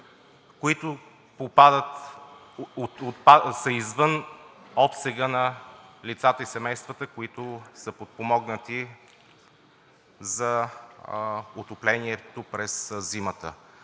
семейства, извън обсега на лицата и семействата, които са подпомогнати, за отоплението през зимата.